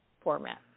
format